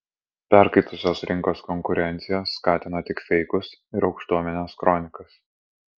perkaitusios rinkos konkurencija skatina tik feikus ir aukštuomenės kronikas